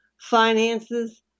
finances